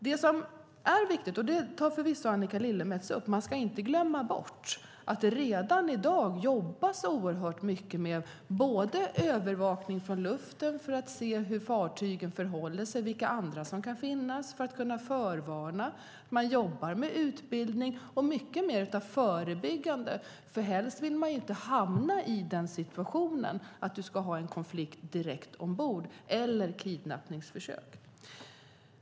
Man ska inte glömma bort - och detta tar förvisso Annika Lillemets upp - att det redan i dag jobbas oerhört mycket med övervakning från luften för att se hur fartygen förhåller sig och vilka andra som kan finnas för att kunna förvarna. Man jobbar med utbildning, och man jobbar mycket mer förebyggande. Helst vill man inte hamna i situationen att det sker en konflikt eller ett kidnappningsförsök ombord.